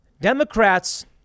Democrats